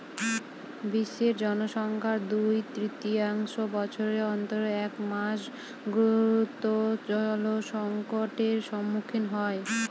বিশ্বের জনসংখ্যার দুই তৃতীয়াংশ বছরের অন্তত এক মাস গুরুতর জলসংকটের সম্মুখীন হয়